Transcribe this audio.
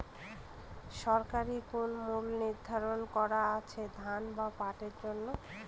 সরকারি কোন মূল্য নিধারন করা আছে ধান বা পাটের জন্য?